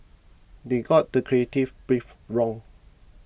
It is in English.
they got the creative brief wrong